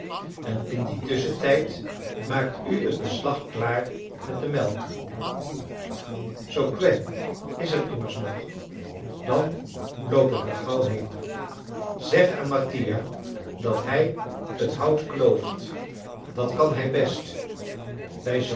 en in dien tusschentijd maakt u het beslag klaar met de melk soquet is er immers nog dan loop ik er gauw heen zeg aan mattia dat hij het hout klooft dat kan hij best bij